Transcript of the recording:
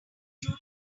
true